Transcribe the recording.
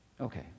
Okay